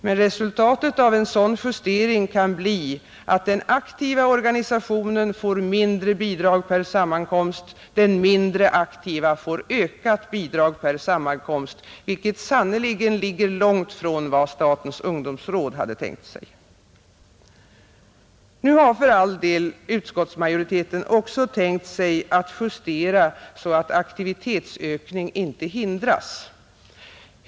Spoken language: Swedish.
Men resultatet av en sådan justering kan bli att den aktiva organisationen får mindre bidrag per sammankomst, den mindre aktiva får ökat bidrag per sammankomst, vilket sannerligen ligger långt från vad statens ungdomsråd hade tänkt sig. Nu har för all del utskottsmajoriteten också tänkt sig att justera så att aktivitetsökning inte hindras.